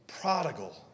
prodigal